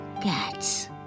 cats